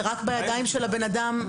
זה רק בידיים של הבן אדם.